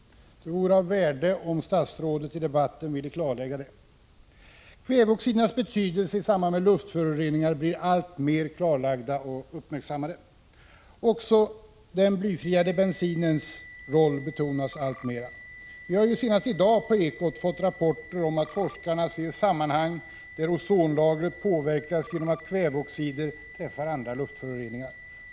Det vore av värde om statsrådet i debatten ville klarlägga detta. Kväveoxidernas betydelse i samband med luftföroreningar blir alltmer klarlagd och uppmärksammad. Också den blyade bensinens roll betonas alltmera. Vi har ju senast i dag på Ekot fått rapporter om att forskarna ser sammanhang där ozonlagret påverkas genom att kväveoxider träffar andra luftföroreningar.